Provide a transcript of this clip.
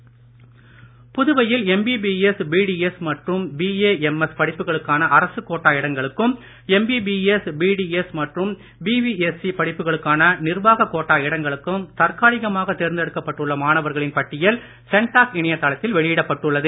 CENTAC புதுவையில் MBBS BDS மற்றும் B A M S படிப்புகளுக்கான அரசுக் கோட்டா இடங்களுக்கும் எம்பிபிஎஸ் பிடிஎஸ் மற்றும் பி வி எஸ்சி படிப்புகளுக்கான நிர்வாக கோட்டா இடங்களுக்கும் தற்காலிகமாக தேர்ந்தெடுக்கப்பட்டுள்ள மாணவர்களின் பட்டியல் சென்டாக் இணையதளத்தில் வெளியிடப்பட்டுள்ளது